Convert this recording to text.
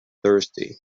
thirsty